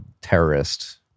terrorist